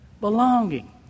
Belonging